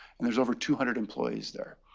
and there's over two hundred employees there,